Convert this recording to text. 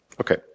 Okay